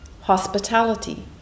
hospitality